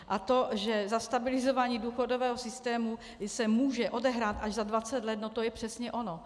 A to, že zastabilizování důchodového systému se může odehrát až za dvacet let, to je přesně ono.